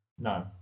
No